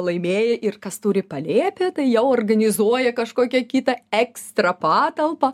laimėję ir kas turi palėpę tai jau organizuoja kažkokią kitą ekstra patalpą